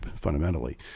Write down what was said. fundamentally